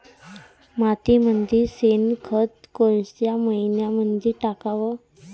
मातीमंदी शेणखत कोनच्या मइन्यामंधी टाकाव?